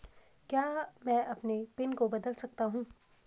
क्या मैं अपने पिन को बदल सकता हूँ?